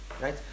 right